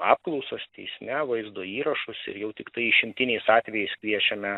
apklausas teisme vaizdo įrašus ir jau tiktai išimtiniais atvejais kviečiame